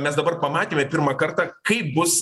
mes dabar pamatėme pirmą kartą kaip bus